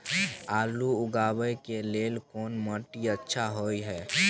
आलू उगाबै के लेल कोन माटी अच्छा होय है?